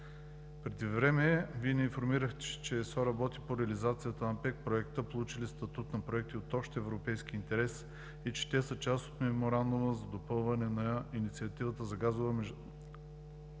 Преди време Вие ни информирахте, че ЕСО работи по реализацията на пет проекта, получили статут на проекти от общ европейски интерес и че те са част от Меморандума за допълване на инициативата за междусистемна